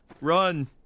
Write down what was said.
Run